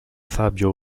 fabio